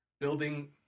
building